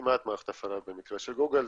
כמעט מערכת הפעלה במקרה של גוגל,